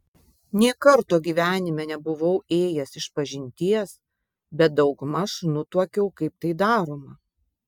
nė karto gyvenime nebuvau ėjęs išpažinties bet daugmaž nutuokiau kaip tai daroma